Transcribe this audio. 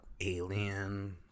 Alien